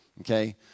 Okay